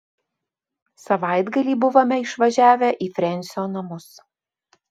savaitgalį buvome išvažiavę į frensio namus